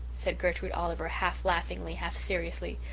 said gertrude oliver, half laughingly, half seriously.